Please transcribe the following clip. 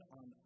on